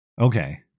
okay